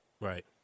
Right